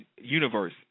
universe